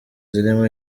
zirimo